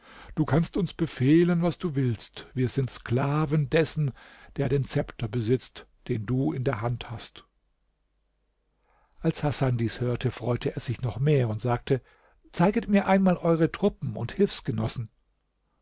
du kannst uns befehlen was du willst wir sind sklaven dessen der den zepter besitzt den du in der hand hast als hasan dies hörte freute er sich noch mehr und sagte zeiget mir einmal eure truppen und